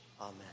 Amen